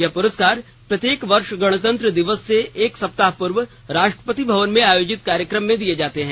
यह पुरस्कार प्रत्येक वर्ष गणतंत्र दिवस से एक सप्ताह पूर्व राष्ट्रपति भवन में आयोजित कार्यक्रम में दिए जाते हैं